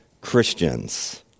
Christians